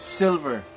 silver